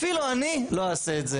אפילו אני לא אעשה את זה.